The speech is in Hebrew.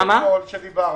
מאתמול שדיברנו,